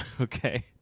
okay